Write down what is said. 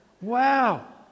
Wow